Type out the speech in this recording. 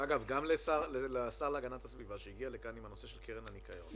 אגב גם לשר להגנת הסביבה שהגיע לכאן עם הנושא של קרן הניקיון,